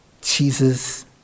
Jesus